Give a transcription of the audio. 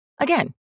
Again